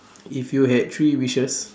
if you had three wishes